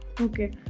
Okay